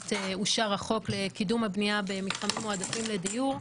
עת אושר החוק לקידום הבנייה במתחמים מועדפים לדיור,